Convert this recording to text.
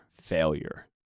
failure